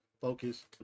focus